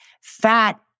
Fat